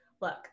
look